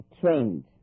trained